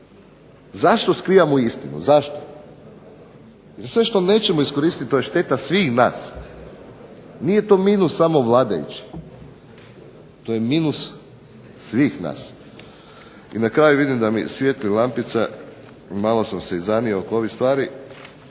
zašto skrivamo istinu, zašto? Sve što nećemo iskoristiti to je šteta svih nas. Nije to minus samo vladajućih, to je minus svih nas. I na kraju, vidim da mi svijetli lampica, malo sam se i zanio oko ovih stvari,